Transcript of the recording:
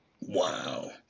Wow